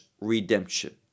redemption